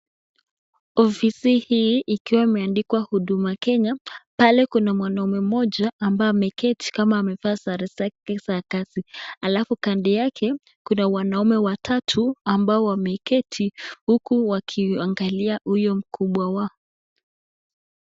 Ofisi hii, ikiwa imeandikwa Huduma Kenya, pale kuna mwanaume mmoja, ambaye ameketi, kama amevaa sare sake sa kazi, alafu kando yake, kuna wanaume watatu, ambao wameketi, huku wakiangalia huyo mkubwa wao.